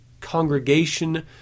Congregation